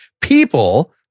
people